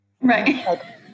right